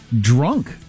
drunk